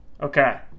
Okay